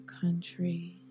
country